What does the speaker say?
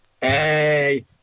Hey